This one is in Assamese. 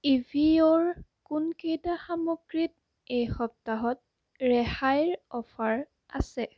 ইভিয়োৰ কোনকেইটা সামগ্ৰীত এই সপ্তাহত ৰেহাইৰ অফাৰ আছে